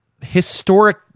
historic